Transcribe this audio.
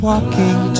Walking